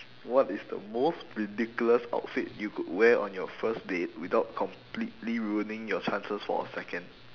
what is the most ridiculous outfit you could wear on your first date without completely ruining your chances for a second